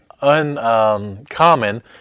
uncommon